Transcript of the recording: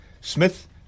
Smith